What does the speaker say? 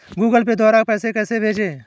Google Pay द्वारा पैसे कैसे भेजें?